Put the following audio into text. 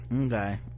Okay